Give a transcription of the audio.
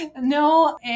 No